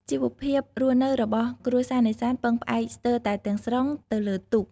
ជីវភាពរស់នៅរបស់គ្រួសារនេសាទពឹងផ្អែកស្ទើរតែទាំងស្រុងទៅលើទូក។